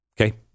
okay